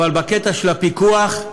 אבל בקטע של הפיקוח,